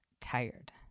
tired